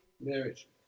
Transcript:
Marriage